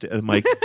Mike